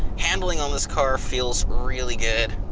handling on this car feels really good.